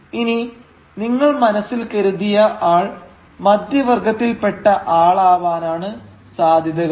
ഇനി നിങ്ങൾ മനസ്സിൽ കരുതിയ ആൾ മധ്യവർഗ്ഗത്തിൽ പെട്ട ആളാവാനാണ് സാധ്യതകൾ